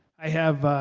i have